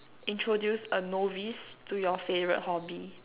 introduce a novice to your favorite hobby